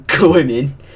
women